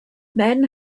men